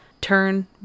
turn